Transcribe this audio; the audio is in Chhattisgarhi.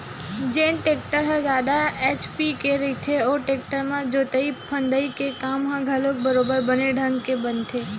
जेन टेक्टर ह जादा एच.पी के रहिथे ओ टेक्टर म जोतई फंदई के काम ह घलोक बरोबर बने ढंग के बनथे